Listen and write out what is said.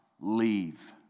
leave